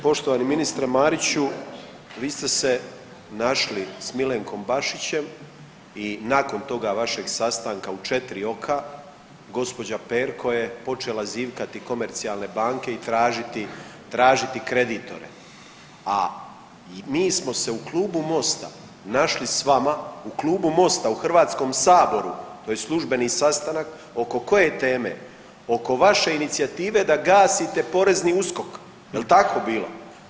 Poštovani ministre Mariću, vi ste se našli s Milenkom Bašićem i nakon toga vašeg sastanka u četiri oka gospođa Perko je počela zivkati komercijalne banke i tražiti kreditore, a mi smo se u klubu Mosta našli s vama, u klubu Mosta u HS-u to je službeni sastanak oko koje teme, oko vaše inicijative da gasite porezni USKOK, jel tako bilo?